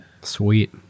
sweet